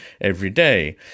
everyday